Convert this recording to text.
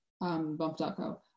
bump.co